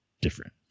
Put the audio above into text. different